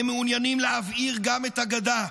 הם מעוניינים להבעיר גם את הגדה.